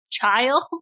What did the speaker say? child